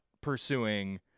pursuing